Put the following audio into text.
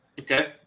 Okay